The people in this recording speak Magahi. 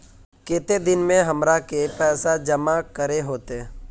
केते दिन में हमरा के पैसा जमा करे होते?